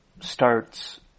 starts